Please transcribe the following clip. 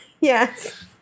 Yes